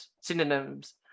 synonyms